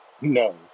No